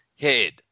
head